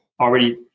already